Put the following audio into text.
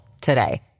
today